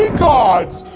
gods!